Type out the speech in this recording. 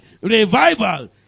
Revival